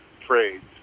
trades